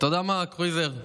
אתה יודע מה, קרויזר?